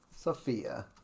Sophia